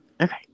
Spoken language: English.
Okay